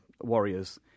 warriors